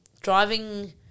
driving